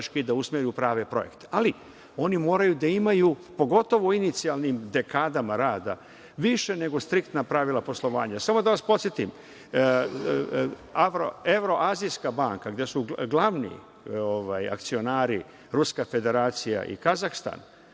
da usmeri u prave projekte. Oni moraju da imaju pogotovo inicijalnim dekadama rada, više nego striktna pravila poslovanja. Samo da vas podsetim, Evroazijska banka, gde su glavni akcionari Ruska federacija i Kazahstan,